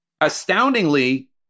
Astoundingly